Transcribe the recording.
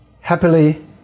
Happily